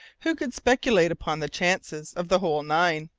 who could speculate upon the chances of the whole nine?